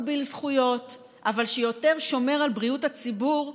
שפחות מגביל זכויות אבל שיותר שומר על בריאות הציבור,